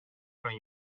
kan